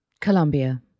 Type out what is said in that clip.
Colombia